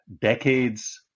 decades